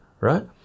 right